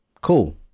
cool